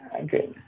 Okay